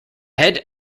head